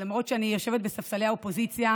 למרות שאני יושבת בספסלי האופוזיציה